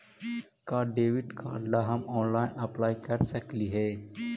का debit card ला हम ऑनलाइन अप्लाई कर सकली हे?